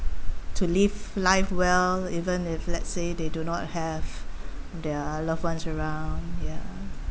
to live life well even if let's say they do not have their loved ones around yeah